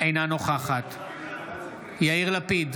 אינה נוכחת יאיר לפיד,